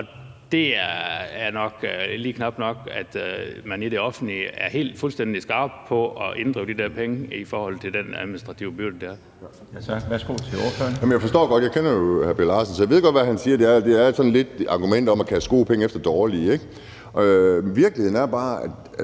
og det er nok lige knap nok, at man i det offentlige er helt fuldstændig skarpe på at inddrive de der penge i forhold til den administrative byrde, det er.